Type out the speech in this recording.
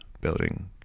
building